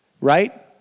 right